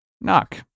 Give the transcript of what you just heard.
Knock